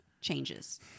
changes